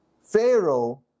Pharaoh